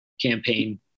campaign